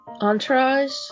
Entourage